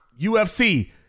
UFC